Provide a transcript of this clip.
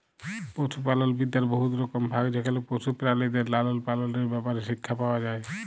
পশুপালল বিদ্যার বহুত রকম ভাগ যেখালে পশু পেরালিদের লালল পাললের ব্যাপারে শিখ্খা পাউয়া যায়